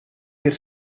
per